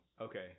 Okay